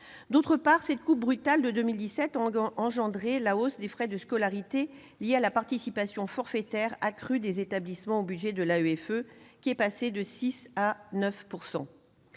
D'autre part, cette coupe brutale de 2017 a entraîné la hausse des frais de scolarité liée à la participation forfaitaire accrue des établissements au budget de l'AEFE, qui est passée de 6 % à 9 %.